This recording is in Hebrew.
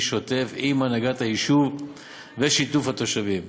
שוטף עם הנהגת היישוב ושיתוף התושבים.